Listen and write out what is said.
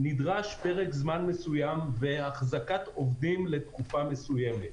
נדרש פרק זמן מסוים והחזקת עובדים לתקופה מסוימת.